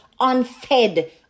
unfed